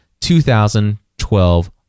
2012